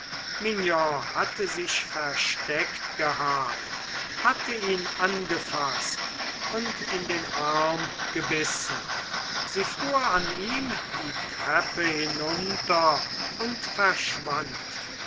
hatte sich versteckt gehabt hatte ihn angefaßt und ihn in den arm gebissen sie fuhr an ihm die treppe hinunter und verschwand